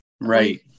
Right